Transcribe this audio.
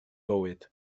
fywyd